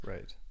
Right